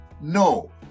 no